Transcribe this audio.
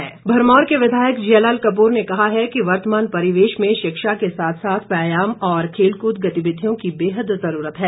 जिया लाल कपूर भरमौर के विधायक जिया लाल कपूर ने कहा है कि वर्तमान परिवेश में शिक्षा के साथ साथ व्यायाम और खेलकूद गतिविधियों की बेहद जरूरत है